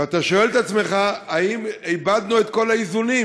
ואתה שואל את עצמך: האם איבדנו את כל האיזונים,